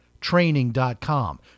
training.com